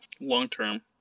long-term